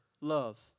love